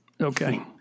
Okay